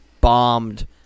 bombed